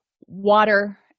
water